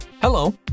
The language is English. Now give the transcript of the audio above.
Hello